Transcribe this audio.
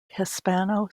hispano